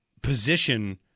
position